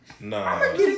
Nah